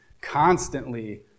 constantly